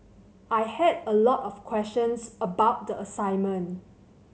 I had a lot of questions about the assignment